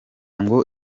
ngo